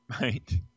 right